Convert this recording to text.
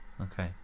Okay